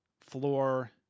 floor